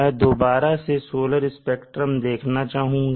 मैं दोबारा से सोलर स्पेक्ट्रम देखना चाहूँगा